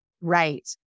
Right